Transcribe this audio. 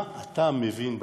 מה אתה מבין באתיופים?